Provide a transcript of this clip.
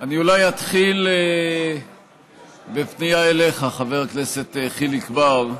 אני אולי אתחיל בפנייה אליך, חבר הכנסת חיליק בר.